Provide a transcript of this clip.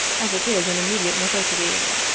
as it is an immediate necessity.